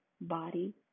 body